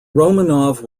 romanov